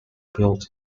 built